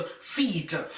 feet